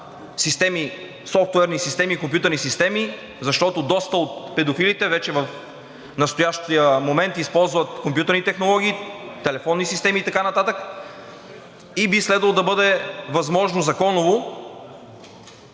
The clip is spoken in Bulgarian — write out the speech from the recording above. на софтуерни и компютърни системи, защото доста от педофилите в настоящия момент използват компютърни технологии, телефонни системи и така нататък Би следвало да бъде възможно законово